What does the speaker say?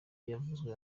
yavuzwe